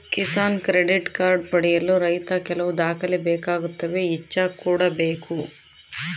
Kisan credit card ಪಡೆಯಲು ರೈತ ಕೆಲವು ದಾಖಲೆ ಬೇಕಾಗುತ್ತವೆ ಇಚ್ಚಾ ಕೂಡ ಬೇಕು